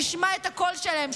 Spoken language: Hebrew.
ישמע את הקול שלהן,